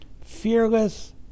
Fearless